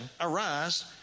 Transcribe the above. arise